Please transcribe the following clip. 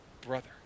brother